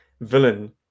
villain